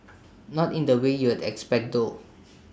not in the way you'd expect though